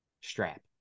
Strap